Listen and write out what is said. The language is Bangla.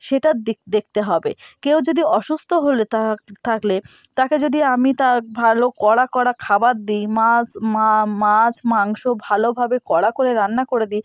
সেটার দিক দেখতে হবে কেউ যদি অসুস্থ হয়ে থাক থাকলে তাকে যদি আমি তার ভালো কড়া কড়া খাবার দিই মাছ মা মাছ মাংস ভালোভাবে কড়া করে রান্না করে দিই